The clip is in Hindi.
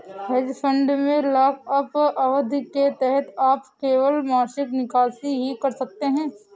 हेज फंड में लॉकअप अवधि के तहत आप केवल मासिक निकासी ही कर सकते हैं